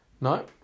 no